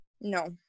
No